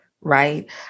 right